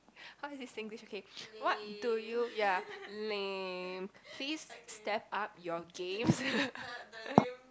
how is this Singlish okay what do you ya lame please step up your games